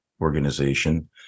organization